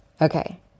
Okay